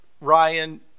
Ryan